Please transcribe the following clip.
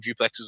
duplexes